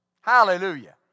Hallelujah